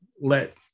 let